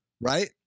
right